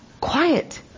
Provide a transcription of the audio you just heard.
quiet